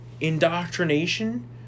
indoctrination